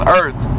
earth